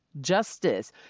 justice